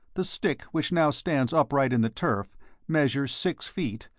the stick which now stands upright in the turf measures six feet,